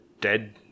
dead